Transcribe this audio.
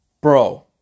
bro